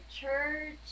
church